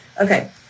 Okay